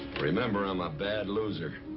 remember, i'm a bad loser.